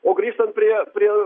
o grįžtant prie prie